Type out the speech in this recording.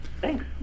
Thanks